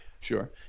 Sure